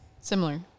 similar